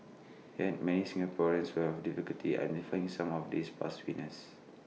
yet many Singaporeans will have difficulty identifying some of these past winners